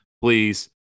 Please